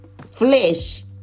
flesh